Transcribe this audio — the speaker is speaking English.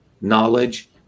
knowledge